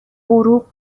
غروب